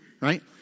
right